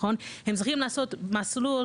הם צריכים לעשות מסלול